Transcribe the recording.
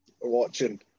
watching